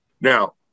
Now